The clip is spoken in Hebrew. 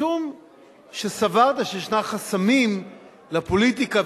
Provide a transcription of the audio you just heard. משום שסברת שיש חסמים לפוליטיקה,